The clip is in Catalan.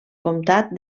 comtat